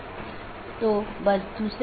दो त्वरित अवधारणाऐ हैं एक है BGP एकत्रीकरण